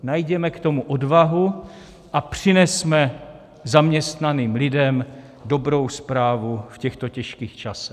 Najděme k tomu odvahu a přinesme zaměstnaným lidem dobrou zprávu v těchto těžkých časech.